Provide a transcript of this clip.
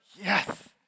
yes